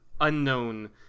unknown